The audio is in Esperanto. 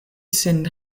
sin